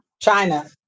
China